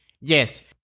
Yes